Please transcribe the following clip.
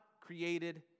created